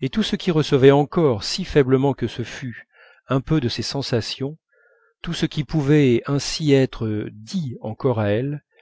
et tout ce qui recevait encore si faiblement que ce fût un peu de ses sensations tout ce qui pouvait ainsi être dit encore à elle